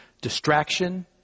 distraction